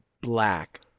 black